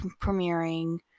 premiering